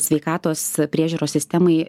sveikatos priežiūros sistemai